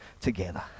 together